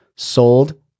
sold